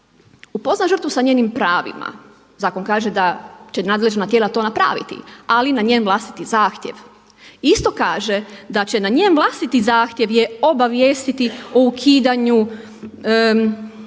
upozna žrtvu sa njenim pravima. Zakon kaže da će nadležna tijela to napraviti ali na njen vlastiti zahtjev. Isto kaže da će na njen vlastiti zahtjev je obavijestiti o ukidanju